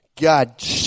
God